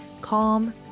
calm